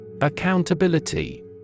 Accountability